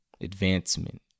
Advancement